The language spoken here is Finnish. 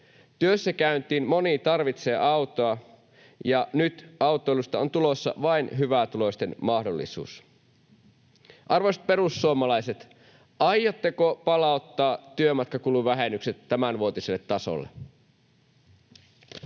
Työssäkäyntiin moni tarvitsee autoa, ja nyt autoilusta on tulossa vain hyvätuloisten mahdollisuus. Arvoisat perussuomalaiset, aiotteko palauttaa työmatkakuluvähennykset tämänvuotiselle tasolle?